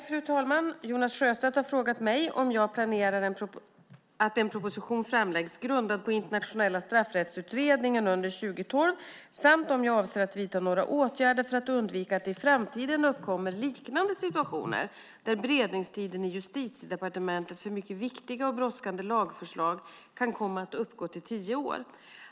Fru talman! Jonas Sjöstedt har frågat mig om jag planerar att en proposition framläggs grundad på Internationella straffrättsutredningen under 2012 samt om jag avser att vidta några åtgärder för att undvika att det i framtiden uppkommer liknande situationer, där beredningstiden i Justitiedepartementet för mycket viktiga och brådskande lagförslag kan komma att uppgå till tio år.